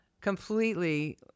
completely